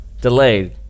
Delayed